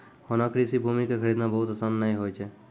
होना कृषि भूमि कॅ खरीदना बहुत आसान नाय होय छै